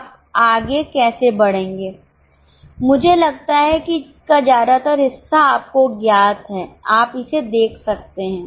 आप आगे कैसे बढ़ेंगे मुझे लगता है कि इसका ज्यादातर हिस्सा आपको ज्ञात है आप इसे देख सकते हैं